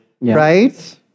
right